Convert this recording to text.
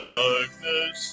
darkness